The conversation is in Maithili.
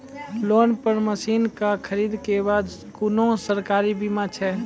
लोन पर मसीनऽक खरीद के बाद कुनू सरकारी बीमा छै?